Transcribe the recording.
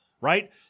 right